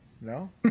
no